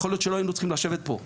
יכול להיות שלא היינו צריכים לשבת פה,